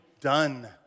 done